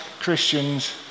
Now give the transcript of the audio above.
Christians